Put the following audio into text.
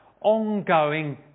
ongoing